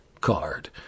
card